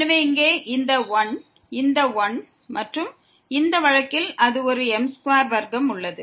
எனவே இங்கே இந்த 1 இந்த 1 மற்றும் இந்த வழக்கில் ஒரு m2 வர்க்கம் உள்ளது